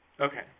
Okay